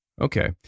Okay